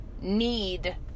need